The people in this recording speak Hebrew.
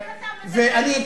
אז איך אתה מדבר?